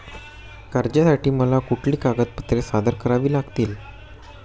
कर्जासाठी मला कुठली कागदपत्रे सादर करावी लागतील?